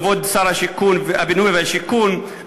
כבוד שר הבינוי והשיכון,